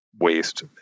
waste